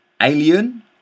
Alien